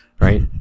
right